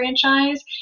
franchise